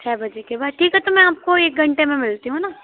छः बजे के बाद ठीक है तो मैं आपको एक घंटे में मिलती हूँ ना